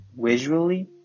visually